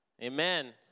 Amen